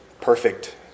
perfect